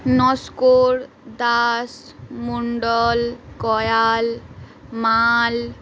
নস্কর দাস মন্ডল কয়াল মাল